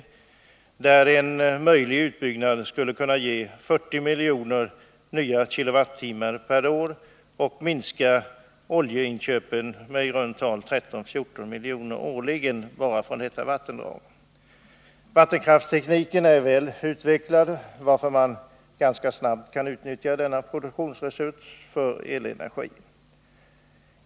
En möjlig utbyggnad enbart i detta vattendrag skulle kunna ge 40 miljoner nya kilowattimmar per år och medföra en minskning av oljeinköpen med i runt tal 13—14 milj.kr. årligen. Vattenkrafttekniken är väl utvecklad, varför man ganska snabbt kan utnyttja denna produktionsresurs för elenergi.